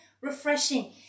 refreshing